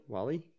Wally